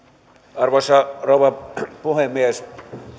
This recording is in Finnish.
arvoisa rouva puhemies